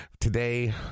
today